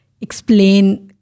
explain